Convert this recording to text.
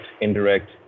indirect